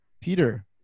Peter